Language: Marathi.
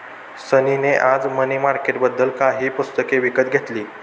सनी ने आज मनी मार्केटबद्दल काही पुस्तके विकत घेतली